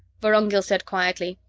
vorongil said quietly,